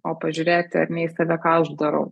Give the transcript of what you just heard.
o pažiūrėti ar ne į save ką aš darau